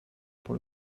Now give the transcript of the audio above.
pour